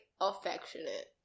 affectionate